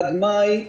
עד מאי,